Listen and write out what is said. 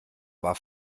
war